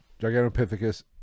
Gigantopithecus